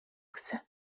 chcę